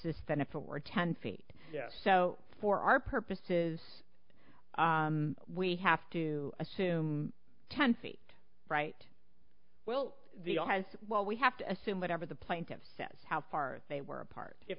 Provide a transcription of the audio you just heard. assist than if it were ten feet so for our purposes we have to assume ten feet right well the well we have to assume whatever the plane that says how far they were apart if